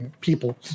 People